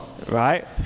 Right